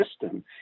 system